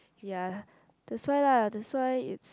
ya that why lah that why is